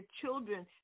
children